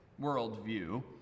worldview